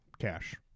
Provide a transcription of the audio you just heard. Cash